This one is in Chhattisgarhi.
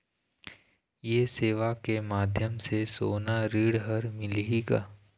ये सेवा के माध्यम से सोना ऋण हर मिलही का?